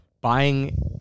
buying